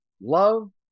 love